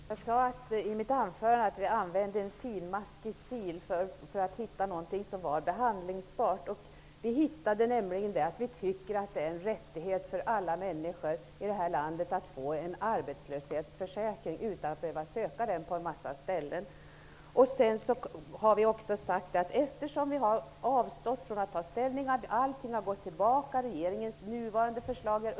Herr talman! Jag sade i mitt anförande att vi använde en finmaskig sil för att hitta något som var förhandlingsbart. Det vi hittade var rättigheten för alla människor i det här landet att få en arbetslöshetsförsäkring utan att behöva söka den på en massa ställen. Vi har avstått från att ta ställning, därför att regeringens förslag är underkänt och har gått tillbaka.